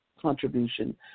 contribution